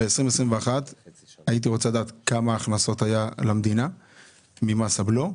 אבל לגבי 2021 הייתי רוצה לדעת כמה הכנסות היה למדינה ממס הבלו,